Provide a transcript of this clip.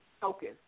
focus